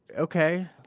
okay,